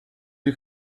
you